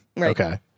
Okay